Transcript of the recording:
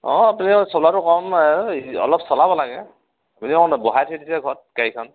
অঁ আপুনি চলাটো কম নাই অলপ চলাব লাগে আপুনি অ বহাই থৈ দিছে ঘৰত গাড়ীখন